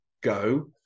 go